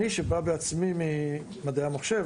אני שבא בעצמי ממדעי המחשב,